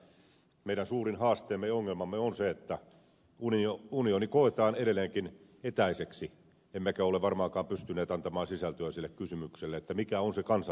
itse jo peräänkuulutin sitä että meidän suurin haasteemme ja ongelmamme on se että unioni koetaan edelleenkin etäiseksi emmekä ole varmaankaan pystyneet antamaan sisältöä sille kysymykselle mikä on se kansalaisten eurooppa